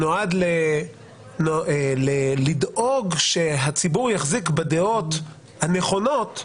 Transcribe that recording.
שנועד לדאוג שהציבור יחזיק בדעות הנכונות,